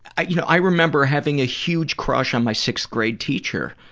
i you know i remember having a huge crush on my sixth grade teacher,